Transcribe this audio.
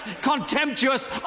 contemptuous